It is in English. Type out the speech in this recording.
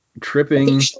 tripping